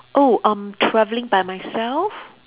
oh um travelling by myself